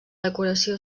decoració